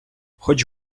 хоч